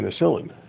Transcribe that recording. penicillin